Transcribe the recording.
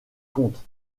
comtes